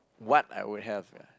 what I would have